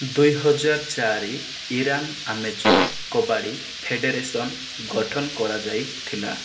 ଦୁଇ ହଜାର ଚାରି ରେ ଇରାନ ଆମେଚର କବାଡି ଫେଡେରେସନ ଗଠନ କରାଯାଇଥିଲା